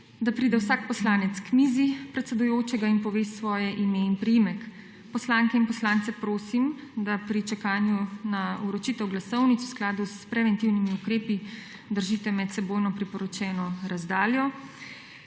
TRAK: (MT) – 17.00** (nadaljevanje) in pove svoje ime in priimek. Poslanke in poslance prosim, da pri čakanju na vročitev glasovnic v skladu s preventivnimi ukrepi držite medsebojno priporočeno razdaljo.